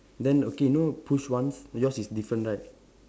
then okay know push once yours is different right